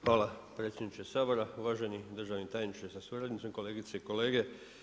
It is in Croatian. Hvala predsjedniče Sabora, uvaženi državni tajniče sa suradnicom, kolegice i kolege.